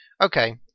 Okay